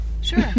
Sure